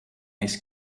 ice